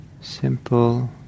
simple